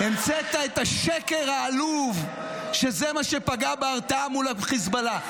המצאת את השקר העלוב שזה מה שפגע בהרתעה מול החיזבאללה.